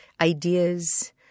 ideas